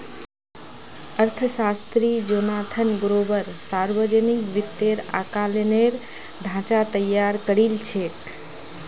अर्थशास्त्री Jonathan Gruber सावर्जनिक वित्तेर आँकलनेर ढाँचा तैयार करील छेक